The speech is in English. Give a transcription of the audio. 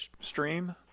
stream